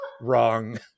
wrong